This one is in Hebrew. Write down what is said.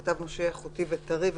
כתבנו שיהיה איכותי וטרי,